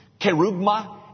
Kerugma